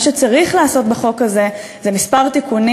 מה שצריך לעשות בחוק הזה זה כמה תיקונים